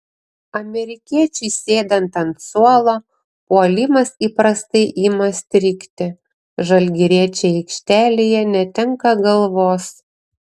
amerikiečiui sėdant ant suolo puolimas įprastai ima strigti žalgiriečiai aikštelėje netenka galvos